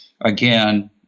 Again